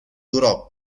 durò